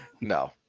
no